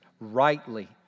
rightly